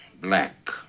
black